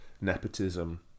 nepotism